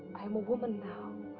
i'm a woman now.